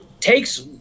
takes